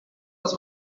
das